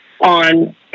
on